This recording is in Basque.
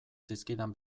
zizkidan